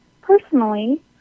personally